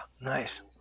nice